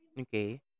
Okay